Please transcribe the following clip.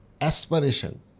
aspiration